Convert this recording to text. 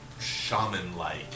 shaman-like